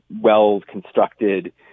well-constructed